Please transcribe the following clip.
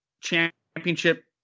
championship